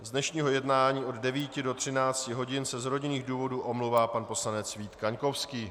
Z dnešního jednání od 9 do 13 hodin se z rodinných důvodů omlouvá pan poslanec Vít Kaňkovský.